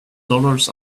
dollars